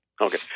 Okay